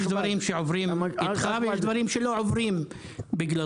יש דברים שעוברים איתך ויש דברים שלא עוברים בגללך.